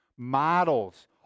Models